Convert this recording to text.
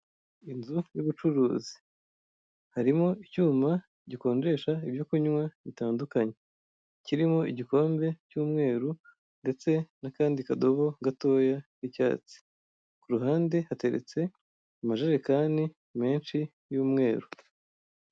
Inzu y'ubucuruzi harihomo icyuma gikonjesha ibyo kunywa bitandukanye kiriho igikombe cy'umweru ndetse n'akandi kadobo gatoya k'icyatsi, ku ruhande hateretse amajerekani menshi y'umweru.